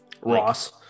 Ross